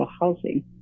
housing